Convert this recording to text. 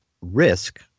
risk